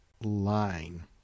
line